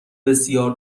بسیار